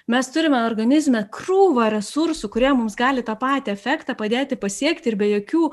mes turime organizme krūvą resursų kurie mums gali tą patį efektą padėti pasiekti ir be jokių